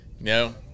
no